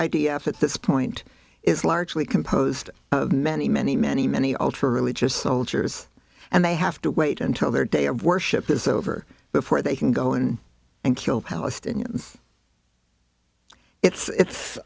f at this point is largely composed of many many many many ultra religious soldiers and they have to wait until their day of worship is over before they can go in and kill palestinians it's